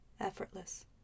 effortless